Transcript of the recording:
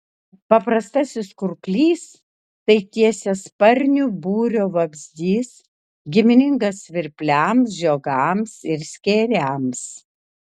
paprastasis kurklys tai tiesiasparnių būrio vabzdys giminingas svirpliams žiogams ir skėriams